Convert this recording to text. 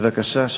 בבקשה.